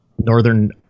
northern